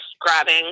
grabbing